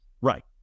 Right